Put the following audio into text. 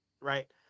right